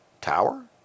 tower